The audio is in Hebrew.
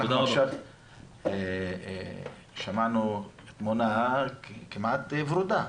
אנחנו עכשיו שמענו תמונה כמעט ורודה,